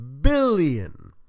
billion